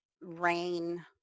rain